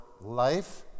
life